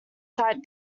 cite